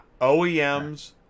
OEMs